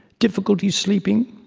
difficulty sleeping.